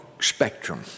spectrum